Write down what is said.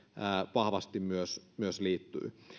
vahvasti myös myös liittyy